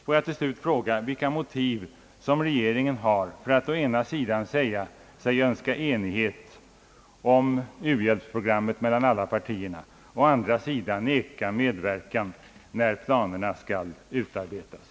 Låt mig till slut fråga vilka motiv regeringen har för att å ena sidan säga sig önska enighet om u-hjälpsprogrammet bland alla partier och å andra sidan neka medverkan när planerna skall utarbetas.